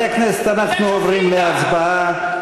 ואיך אומרים ביידיש?